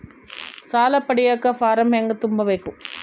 ಸಾಲ ಪಡಿಯಕ ಫಾರಂ ಹೆಂಗ ತುಂಬಬೇಕು?